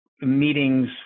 meetings